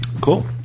Cool